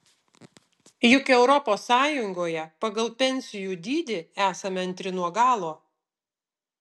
juk europos sąjungoje pagal pensijų dydį esame antri nuo galo